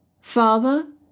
Father